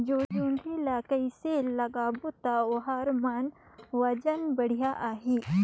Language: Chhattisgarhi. जोणी ला कइसे लगाबो ता ओहार मान वजन बेडिया आही?